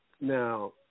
Now